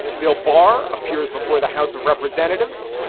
bill barr appears before the. house of representatives,